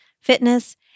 fitness